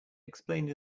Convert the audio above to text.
explained